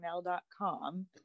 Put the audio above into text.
gmail.com